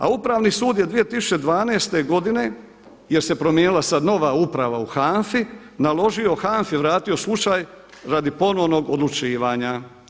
A Upravni sud je 2012. godine jer se promijenila sada nova uprava u HANFA-i naložio HANFA-i vrati slučaj radi ponovnog odlučivanja.